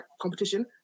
competition